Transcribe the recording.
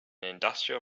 industrial